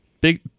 Big